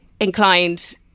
inclined